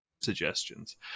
suggestions